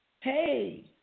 hey